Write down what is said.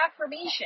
affirmation